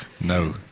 No